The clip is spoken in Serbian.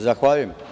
Zahvaljujem.